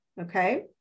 okay